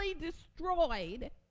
destroyed